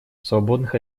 свободных